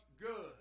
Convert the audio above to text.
good